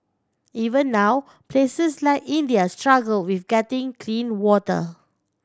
even now places like India struggle with getting clean water